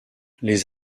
les